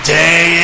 day